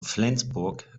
flensburg